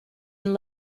and